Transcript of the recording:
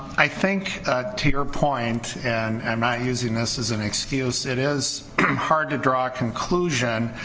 i think to your point, and i'm not using this as an excuse, it is hard to draw a conclusion.